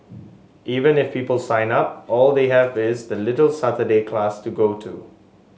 even if people sign up all they have is this little Saturday class to go to